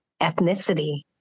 ethnicity